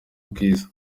bwiza